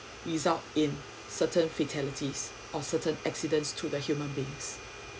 result in certain fatalities or certain accidents to the human beings